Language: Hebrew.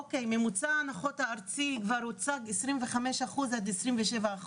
אוקיי, ממוצע ההנחות הארצי כבר הוצג, 25% עד 27%,